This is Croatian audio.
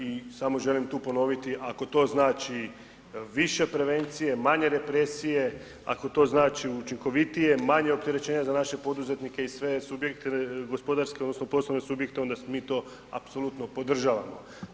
I samo želim tu ponoviti, ako to znači više prevencije, manje represije, ako to znači učinkovitije, manje opterećenje za naše poduzetnike i sve subjekte gospodarske, odnosno poslovne subjekte, onda mi to apsolutno podržavamo.